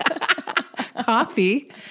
Coffee